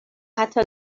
حتی